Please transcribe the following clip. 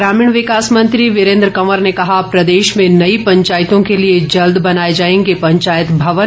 ग्रामीण विकास मंत्री वीरेन्द्र कंवर ने कहा प्रदेश में नई पंचायतों के लिए जल्द बनाए जाएंगे पंचायत भवन